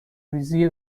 ریزی